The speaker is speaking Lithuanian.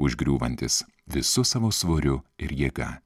užgriūvantis visu savo svoriu ir jėga